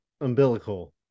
umbilical